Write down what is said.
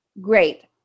great